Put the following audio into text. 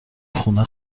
خونه